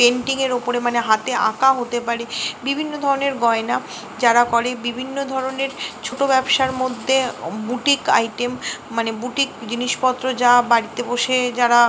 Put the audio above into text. পেন্টিংয়ের ওপরে মানে হাতে আঁকা হতে পারে বিভিন্ন ধরনের গয়না যারা করে বিভিন্ন ধরনের ছোটো ব্যবসার মধ্যে বুটিক আইটেম মানে বুটিক জিনিসপত্র যা বাড়িতে বসে যারা